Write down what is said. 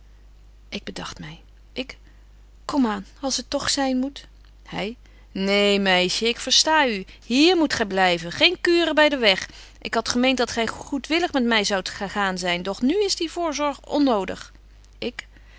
ik bedagt my ik kom aan als het toch zyn moet hy neen meisje ik versta u hier moet gy blyven geen kuren by den weg ik had gemeent dat gy goedwillig met my zoudt gegaan zyn doch nu is die voorzorg onnodig ik